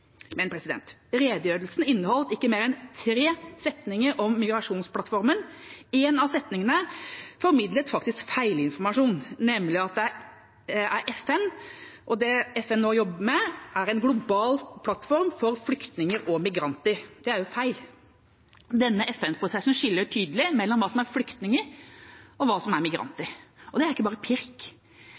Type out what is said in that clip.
men redegjørelsen inneholdt ikke mer enn tre setninger om migrasjonsplattformen – og én av setningene formidlet faktisk feilinformasjon, nemlig at det FN nå jobber med, er en global plattform for flyktninger og migranter. Det er jo feil. Denne FN-prosessen skiller tydelig mellom hva som er flyktninger, og hva som er migranter. Og det er ikke bare pirk,